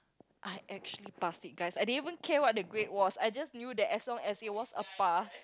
I actually passed it guys I didn't even care what the grade was I just knew that as long as it was a pass